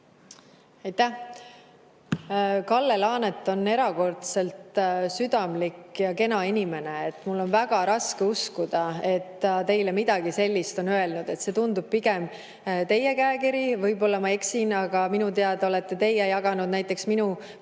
Aitäh! Kalle Laanet on erakordselt südamlik ja kena inimene. Mul on väga raske uskuda, et ta teile midagi sellist on öelnud. See tundub pigem teie käekiri. Võib-olla ma eksin, aga minu teada olete teie jaganud näiteks minu kodust